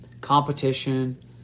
competition